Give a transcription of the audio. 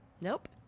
Nope